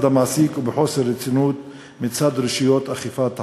המעסיק ובחוסר רצינות מצד רשויות אכיפת החוק.